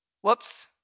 Whoops